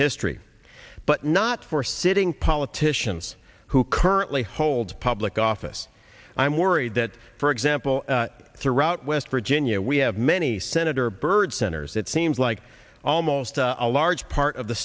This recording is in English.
history but not for sitting politicians who currently hold public office i'm worried that for example throughout west virginia we have many senator byrd's centers it seems like almost a large part of the